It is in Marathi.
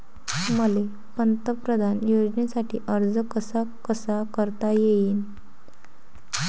मले पंतप्रधान योजनेसाठी अर्ज कसा कसा करता येईन?